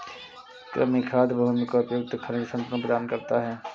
कृमि खाद भूमि को उपयुक्त खनिज संतुलन प्रदान करता है